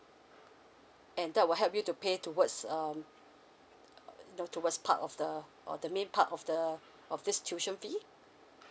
and that will help you to pay towards um know towards part of the or the main part of the of this tuition fee